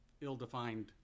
ill-defined